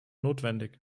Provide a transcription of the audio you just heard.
notwendig